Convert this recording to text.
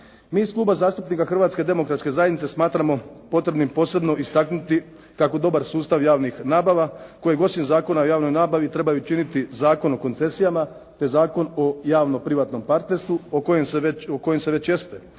Mi iz Kluba zastupnika Hrvatske demokratske zajednice smatramo potrebnim posebno istaknuti kako dobar sustav javnih nabava kojeg osim Zakona o javnoj nabavi trebaju činiti Zakon o koncesijama te Zakon o javno-privatnom partnerstvu o kojem se već jeste